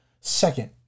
Second